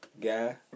guy